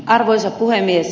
arvoisa puhemies